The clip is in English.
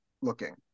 looking